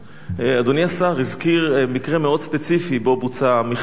אדוני השר הזכיר מקרה מאוד ספציפי שבו בוצע המכרז.